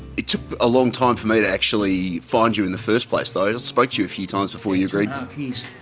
it took a long time for me to actually find you in the first place, though. i spoke to you a few times before you agreed